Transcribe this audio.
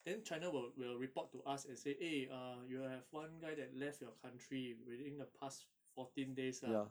then china will will report to us and say eh uh you have one guy that left your country within the past fourteen days ah